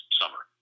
summer